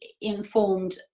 informed